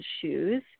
shoes